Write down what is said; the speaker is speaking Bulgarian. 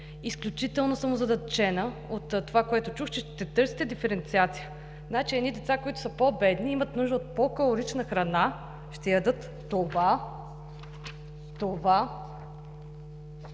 Изключително съм озадачена от това, което чух – че ще търсите диференциация. Значи деца, които са по-бедни, имат нужда от по-калорична храна, ще ядат това, (показва